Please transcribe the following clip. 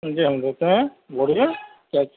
جی ہم دیتے ہیں بولیے کیا